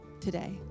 today